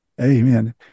Amen